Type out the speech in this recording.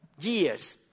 years